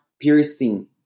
piercing